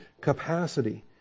capacity